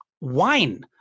wine